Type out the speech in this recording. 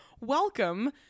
Welcome